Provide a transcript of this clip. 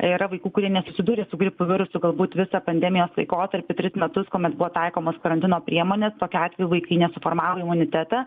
yra vaikų kurie nesusidurė su gripo virusu galbūt visą pandemijos laikotarpį tris metus kuomet buvo taikomos karantino priemonės tokiu atveju vaikai nesuformavo imunitetą